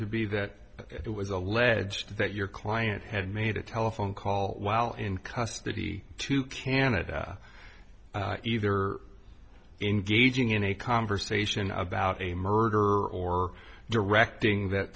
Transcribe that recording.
to be that it was alleged that your client had made a telephone call while in custody to canada either engaging in a conversation about a murder or directing that